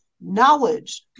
knowledge